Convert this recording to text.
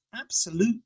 absolute